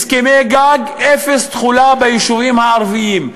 הסכמי גג, אפס תחולה ביישובים הערביים.